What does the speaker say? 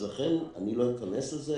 אני לא אכנס לזה,